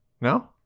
No